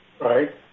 right